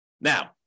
Now